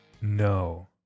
No